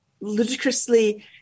ludicrously